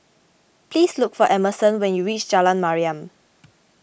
please look for Emerson when you reach Jalan Mariam